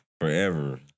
forever